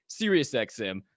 SiriusXM